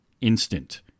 instant